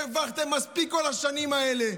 הרווחתם מספיק כל השנים האלה.